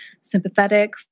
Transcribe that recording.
sympathetic